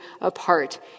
apart